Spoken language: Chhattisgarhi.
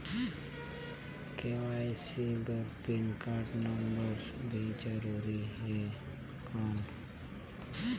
के.वाई.सी बर पैन कारड नम्बर भी जरूरी हे कौन?